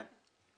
כן.